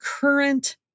current